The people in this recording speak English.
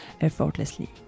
effortlessly